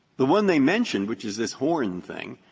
the one they mentioned, which is this horn thing,